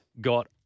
got